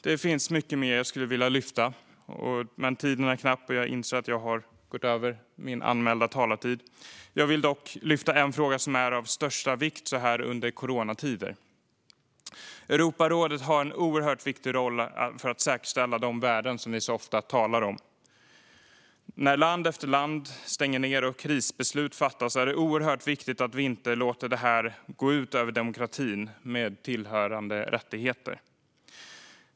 Det finns mycket mer jag skulle vilja lyfta upp, men tiden är knapp - jag inser att jag har överskridit min anmälda talartid. Jag vill dock lyfta upp en fråga som är av största vikt under coronatider. Europarådet har en oerhört viktig roll för att säkerställa de värden vi så ofta talar om. När land efter land stänger ned och fattar krisbeslut är det oerhört viktigt att vi inte låter besluten gå ut över demokratin med tillhörande rättigheter.